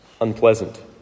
unpleasant